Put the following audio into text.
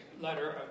letter